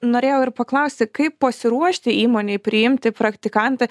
norėjau ir paklausti kaip pasiruošti įmonei priimti praktikantą